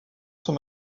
son